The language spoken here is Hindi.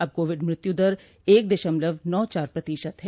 अब कोविड मृत्यु दर एक दशमलव नौ चार प्रतिशत है